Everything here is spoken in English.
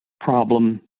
problem